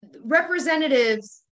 representatives